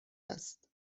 است